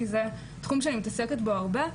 כי זה תחום שאני מתעסקת בו הרבה.